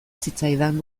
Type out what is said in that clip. zitzaidan